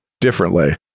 differently